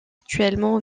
actuellement